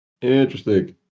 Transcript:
Interesting